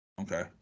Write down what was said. okay